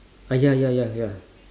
uh ya ya ya ya